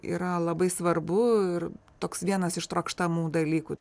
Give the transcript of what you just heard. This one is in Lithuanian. yra labai svarbu ir toks vienas iš trokštamų dalykų